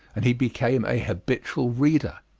and he became a habitual reader.